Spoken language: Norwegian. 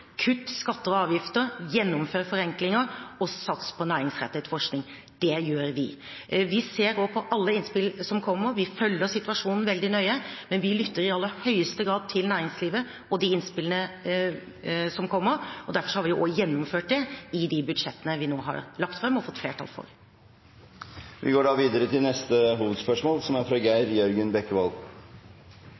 kutt skatter og avgifter, gjennomfør forenklinger og sats på næringsrettet forskning. Det gjør vi. Vi ser også på alle innspillene som kommer. Vi følger situasjonen veldig nøye, men vi lytter i aller høyeste grad til næringslivet og de innspillene som kommer. Derfor har vi også gjennomført det i de budsjettene vi har lagt fram og fått flertall for. Vi går videre til neste hovedspørsmål.